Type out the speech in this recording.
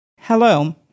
Hello